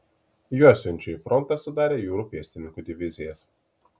juos siunčia į frontą sudarę jūrų pėstininkų divizijas